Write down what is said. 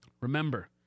Remember